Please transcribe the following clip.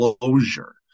closure